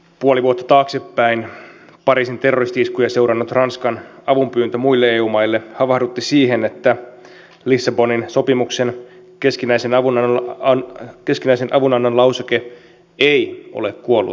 puoli vuotta taaksepäin pariisin terroristi iskuja seurannut ranskan avunpyyntö muille eu maille havahdutti siihen että lissabonin sopimuksen keskinäisen avunannon lauseke ei ole kuollut kirjain